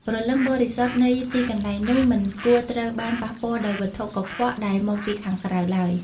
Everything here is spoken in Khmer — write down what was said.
ព្រលឹងបរិសុទ្ធនៃទីកន្លែងនោះមិនគួរត្រូវបានប៉ះពាល់ដោយវត្ថុកខ្វក់ដែលមកពីខាងក្រៅឡើយ។